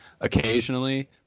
occasionally